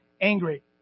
angry